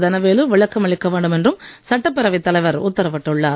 தனவேலு விளக்கம் அளிக்க வேண்டும் என்றும் சட்டப்பேரவைத் தலைவர் உத்தரிவிட்டுள்ளார்